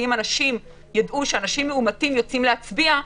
כי אם אנשים ידעו שאנשים מאומתים יוצאים להצביע,